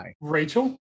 Rachel